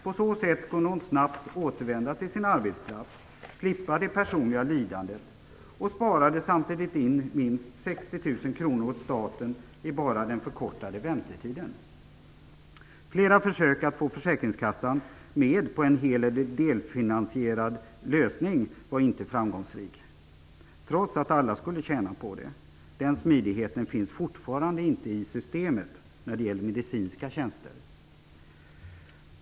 På så sätt kunde hon snabbt återvända till sin arbetsplats, slippa det personliga lidandet och sparade samtidigt in minst 60 000 kr åt staten i bara den förkortade väntetiden. De försök som gjordes att få försäkringskassan med på en hel eller delfinansierad lösning var inte framgångsrika, trots att alla skulle ha tjänat på det. Den smidigheten finns fortfarande inte i systemet när det gäller medicinska tjänster.